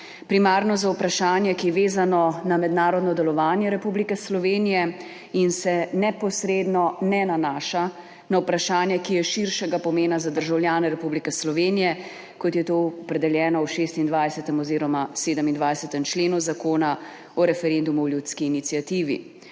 primarno za vprašanje, ki je vezano na mednarodno delovanje Republike Slovenije in se neposredno ne nanaša na vprašanje, ki je širšega pomena za državljane Republike Slovenije, kot je to opredeljeno v 26. oziroma 27. členu Zakona o referendumu in ljudski iniciativi.